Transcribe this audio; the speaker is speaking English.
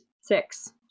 six